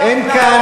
רבותי, אין כאן,